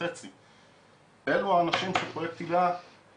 זאת ההשראה שאתה נותן לנו,